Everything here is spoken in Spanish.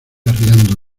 arriando